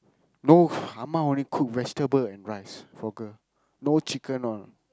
no amma only cook vegetable and rice for girl no chicken all